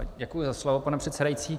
Děkuji za slovo, pane předsedající.